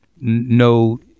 no